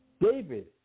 David